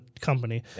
company